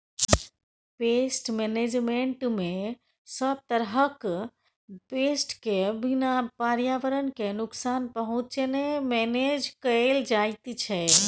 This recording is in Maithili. पेस्ट मेनेजमेन्टमे सब तरहक पेस्ट केँ बिना पर्यावरण केँ नुकसान पहुँचेने मेनेज कएल जाइत छै